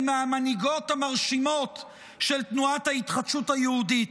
היא מהמנהיגות המרשימות של תנועת ההתחדשות היהודית.